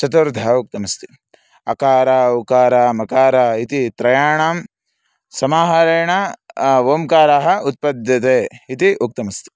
चतुर्थः उक्तमस्ति अकारः उकारः मकारः इति त्रयाणां समाहारेण ओम्काराः उत्पद्यते इति उक्तमस्ति